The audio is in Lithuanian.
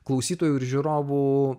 klausytojų ir žiūrovų